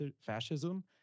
fascism